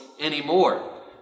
anymore